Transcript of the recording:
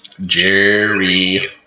Jerry